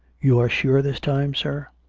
you are sure this time, sir?